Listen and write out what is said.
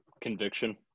Conviction